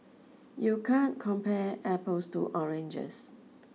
you can't compare apples to oranges